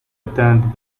attend